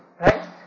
right